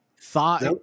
Thought